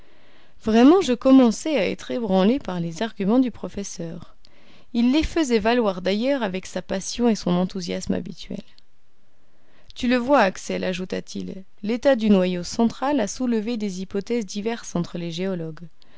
vraiment je commençais à être ébranlé par les arguments du professeur il les faisait valoir d'ailleurs avec sa passion et son enthousiasme habituels tu le vois axel ajouta-t-il l'état du noyau central a soulevé des hypothèses diverses entre les géologues